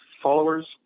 Followers